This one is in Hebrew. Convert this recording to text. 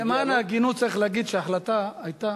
למען ההגינות צריך להגיד שההחלטה היתה